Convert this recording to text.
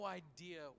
idea